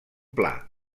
pla